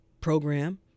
program